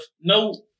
no